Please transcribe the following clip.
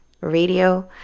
Radio